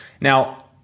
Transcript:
Now